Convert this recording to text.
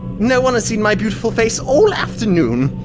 no one has seen my beautiful face all afternoon!